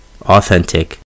authentic